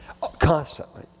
constantly